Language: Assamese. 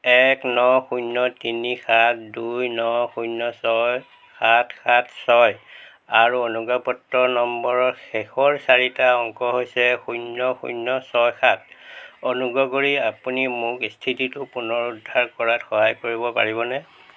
এক ন শূন্য তিনি সাত দুই ন শূন্য ছয় সাত সাত ছয় আৰু অনুজ্ঞাপত্ৰ নম্বৰৰ শেষৰ চাৰিটা অংক হৈছে শূন্য শূন্য ছয় সাত অনুগ্ৰহ কৰি আপুনি মোক স্থিতিটো পুনৰুদ্ধাৰ কৰাত সহায় কৰিব পাৰিবনে